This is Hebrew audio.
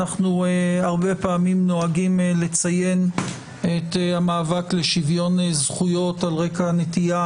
אנחנו הרבה פעמים נוהגים לציין את המאבק לשוויון זכויות על רקע נטייה